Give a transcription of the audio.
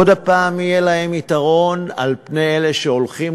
עוד פעם יהיה להם יתרון על פני אלה שהולכים